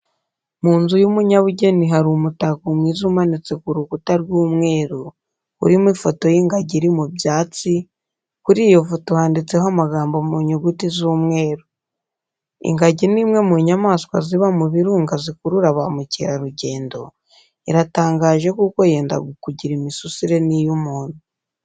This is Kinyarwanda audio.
Mu nzu y'umunyabugeni hari umutako mwiza umanitse ku rukuta rw'umweru, urimo ifoto y'ingagi iri mu byatsi, kuri iyo foto handitseho amagambo mu nyuguti z'umweru. Ingagi ni imwe mu nyamaswa ziba mu birunga zikurura ba mukerarugendo, iratangaje kuko yenda kugira imisusire n'iy'umuntu.